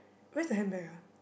where's the handbag